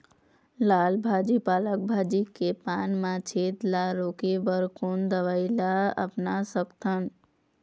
लाल भाजी पालक भाजी के पान मा छेद ला रोके बर कोन दवई ला अपना सकथन?